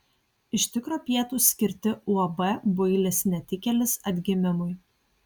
iš tikro pietūs skirti uab builis netikėlis atgimimui